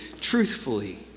truthfully